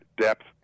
depth